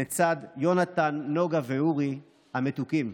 לצד יהונתן, נגה ואורי המתוקים.